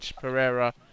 Pereira